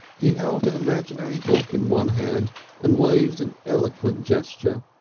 he held an imaginary book in one hand and waved an eloquent gesture.